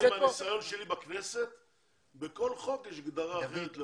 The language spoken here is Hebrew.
תראה, מהניסיון שלי בכנסת, בכל חוק יש הגדרה אחרת.